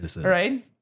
Right